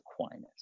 Aquinas